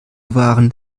waren